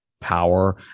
power